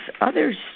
others